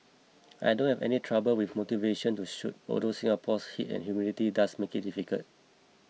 I don't have any trouble with motivation to shoot although Singapore's heat and humidity does make it difficult